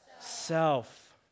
Self